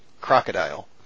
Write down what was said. crocodile